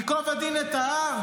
ייקוב הדין את ההר?